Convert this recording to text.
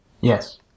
Yes